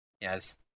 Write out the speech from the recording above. yes